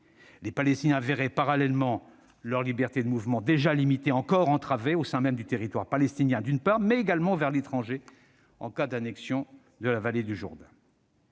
Les Palestiniens verraient parallèlement leur liberté de mouvement, déjà limitée, encore davantage entravée, au sein même du territoire palestinien, mais également vers l'étranger, en cas d'annexion de la vallée du Jourdain.